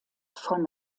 von